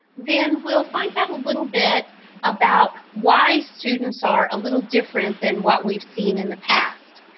then we'll find out a little bit about why students are a little different than what we've seen in the past.